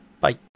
bye